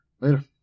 Later